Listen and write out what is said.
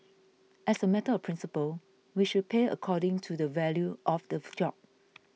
as a matter of principle we should pay according to the value of the job